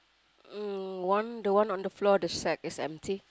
um one the one on the floor the sack is empty